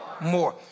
more